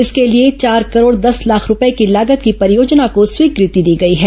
इसके लिए चार करोड़ दस लाख रूपये लागत की परियोजना को स्वीकृति दी गई है